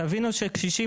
תבינו שקשישים,